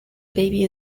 baby